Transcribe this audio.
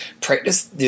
practice